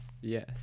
Yes